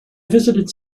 visited